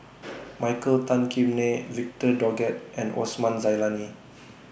Michael Tan Kim Nei Victor Doggett and Osman Zailani